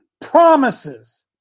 promises